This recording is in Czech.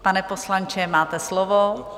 Pane poslanče, máte slovo.